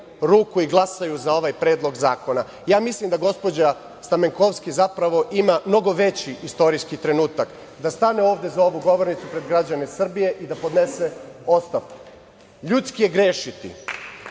ruku i glasaju za ovaj predlog zakona. Mislim da gospođa Stamenkovski zapravo ima mnogo veći istorijski trenutak, da stane ovde na ovu govornicu pred građane Srbije i da podnese ostavku. Ljudski je grešiti,